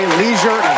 leisure